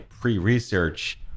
pre-research